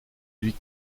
lui